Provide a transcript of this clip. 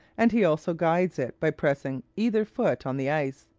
and he also guides it by pressing either foot on the ice.